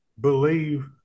believe